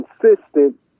consistent